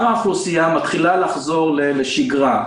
האוכלוסייה מתחילה לחזור לשגרה.